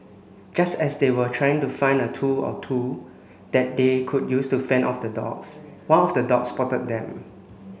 just as they were trying to find a tool or two that they could use to fend off the dogs one of the dogs spotted them